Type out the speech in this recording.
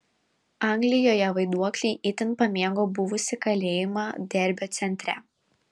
anglijoje vaiduokliai itin pamėgo buvusį kalėjimą derbio centre